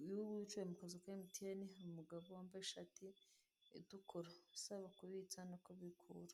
umwe wicaye mu kazu ka MTN, hari umugabo wambaye ishati itukura, usaba kubitsa no kubikura.